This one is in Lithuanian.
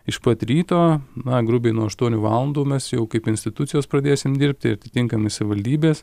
iš pat ryto na grubiai nuo aštuonių valandų mes jau kaip institucijos pradėsim dirbti ir atitinkamai savivaldybės